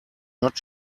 not